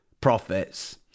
profits